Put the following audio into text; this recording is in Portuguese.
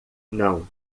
não